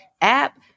app